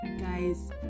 guys